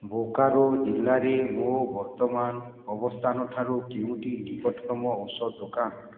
ବୋକାରୋ ଜିଲ୍ଲାରେ ମୋ ବର୍ତ୍ତମାନ ଅବସ୍ଥାନ ଠାରୁ କେଉଁଟି ନିକଟତମ ଔଷଧ ଦୋକାନ